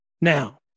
Now